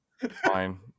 Fine